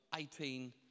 18